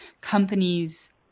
companies